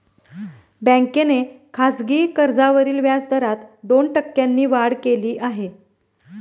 बँकेने खासगी कर्जावरील व्याजदरात दोन टक्क्यांनी वाढ केली आहे